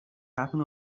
happen